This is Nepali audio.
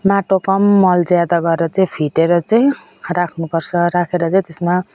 माटो कम मल ज्यादा गरेर चाहिँ फिटेर चाहिँ राख्नु पर्छ राखेर चाहिँ त्यसमा